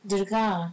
dudar